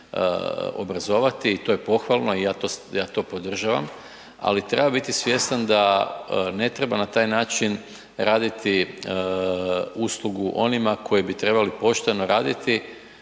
obrazovati i to je pohvalno i ja to podržavam, ali treba biti svjestan da ne treba na taj način raditi uslugu onima koji bi trebalo pošteno raditi